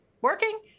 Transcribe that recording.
working